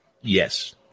Yes